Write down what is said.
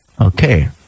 Okay